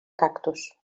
cactus